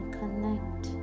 connect